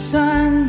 sun